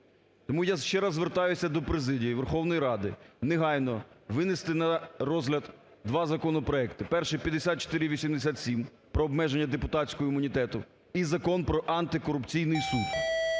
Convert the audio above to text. Тому я ще раз звертаюся до президії Верховної Ради негайно винести на розгляд два законопроекти: перший – 5487, про обмеження депутатського імунітету; і Закон про Антикорупційний суд,